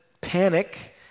panic